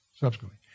Subsequently